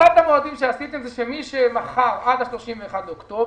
הארכת המועדים שעשיתם זה שמי שמכר עד ה-31 באוקטובר,